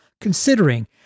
considering